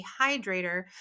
dehydrator